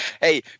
hey